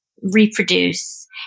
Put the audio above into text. Reproduce